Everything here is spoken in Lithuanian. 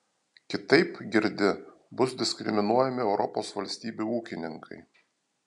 kitaip girdi bus diskriminuojami europos valstybių ūkininkai